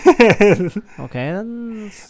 Okay